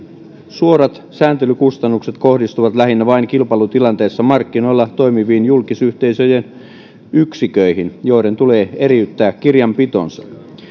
suorat sääntelykustannukset kohdistuvat lähinnä vain kilpailutilanteessa markkinoilla toimiviin julkisyhteisöjen yksiköihin joiden tulee eriyttää kirjanpitonsa